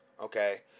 okay